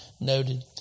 noted